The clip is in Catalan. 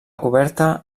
coberta